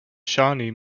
shawnee